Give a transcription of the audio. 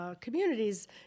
communities